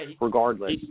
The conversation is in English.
regardless